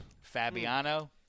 Fabiano